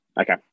okay